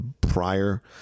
prior